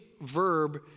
verb